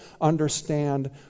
understand